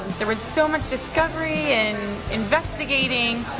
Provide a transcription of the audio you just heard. there was so much discovery and investigating.